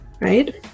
right